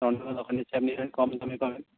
অন্যান্য দোকানের চেয়ে আপনি এখানে কম দামে পাবেন